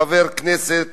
חבר כנסת